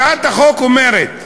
הצעת החוק אומרת: